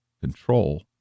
control